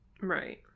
Right